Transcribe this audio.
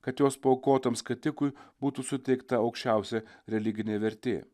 kad jos paaukotam skatikui būtų suteikta aukščiausia religinė vertė